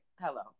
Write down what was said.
hello